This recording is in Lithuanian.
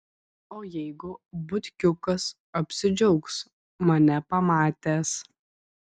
o jeigu butkiukas apsidžiaugs mane pamatęs